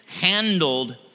handled